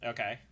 Okay